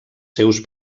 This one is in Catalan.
seus